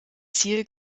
ziel